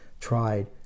tried